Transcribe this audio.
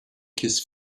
kiss